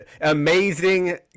amazing